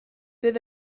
fydd